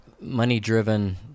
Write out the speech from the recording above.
Money-driven